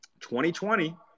2020